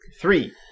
three